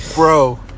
Bro